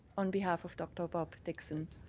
on behalf of dr. bob dickson.